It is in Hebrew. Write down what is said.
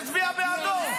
תצביע בעדו.